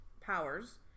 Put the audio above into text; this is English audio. powers